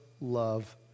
love